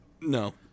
no